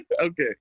Okay